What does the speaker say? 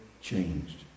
changed